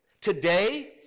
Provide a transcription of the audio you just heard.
Today